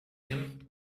him